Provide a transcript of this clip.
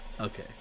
Okay